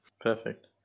Perfect